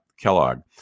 Kellogg